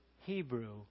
Hebrew